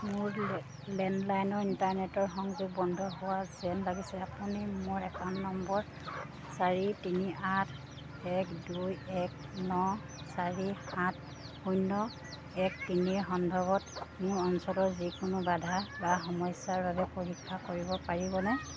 মোৰ landline internet সংযোগ বন্ধ হোৱা যেন লাগিছে আপুনি মোৰ একাউণ্ট নম্বৰ চাৰি তিনি আঠ এক দুই এক ন চাৰি সাত শূন্য এক তিনিৰ সন্দৰ্ভত মোৰ অঞ্চলত যিকোনো বাধা বা সমস্যাৰ বাবে পৰীক্ষা কৰিব পাৰিবনে